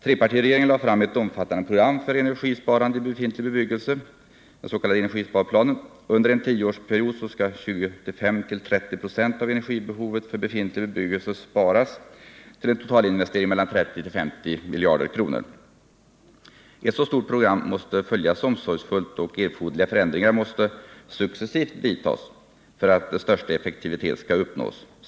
Trepartiregeringen lade fram ett omfattande program för energisparande i befintlig bebyggelse, den s.k. energisparplanen. Under en tioårsperiod skall 25-30 26 av energibehovet för befintlig bebyggelse sparas, och de totala investeringarna för att åstadkomma detta beräknas ligga mellan 30 och 50 miljarder kronor. Ett så stort program måste följas omsorgsfullt, och erforderliga förändringar måste successivt vidtas för att största effektivitet skall uppnås.